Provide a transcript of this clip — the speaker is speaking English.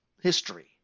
history